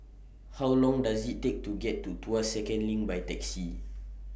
How Long Does IT Take to get to Tuas Second LINK By Taxi